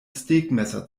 steakmesser